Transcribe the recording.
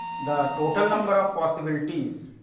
the total number of possibilities